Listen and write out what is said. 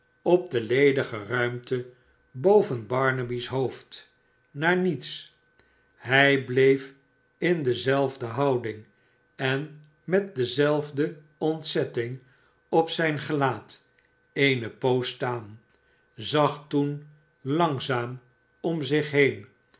op de ledige ruimte boven barnaby's hoofd naar mete hii bleef in dezelfde houding en met dezelfde ontzettmg op zijn selaat eene poos staan zag toen langzaam om zich heen